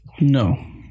No